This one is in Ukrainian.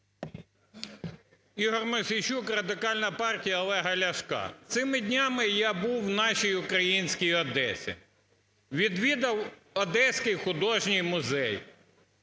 Ігор Мосійчук, Радикальна партія Олега Ляшка. Цими днями я був в нашій українській Одесі, відвідав Одеський художній музей.